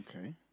Okay